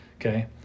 Okay